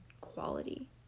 quality